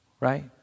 Right